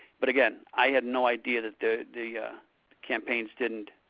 but again, i had no idea that the the yeah campaigns didn't,